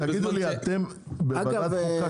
תעזרו לנו.